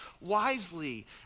wisely